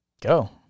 Go